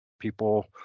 people